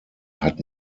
hat